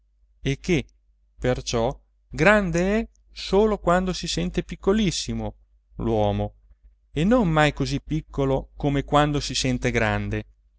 e che perciò grande è solo quando si sente piccolissimo l'uomo e non mai così piccolo come quando si sente grande